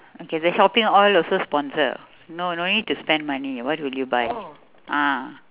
okay the shopping all also sponsor no no need to spend money what will you buy ah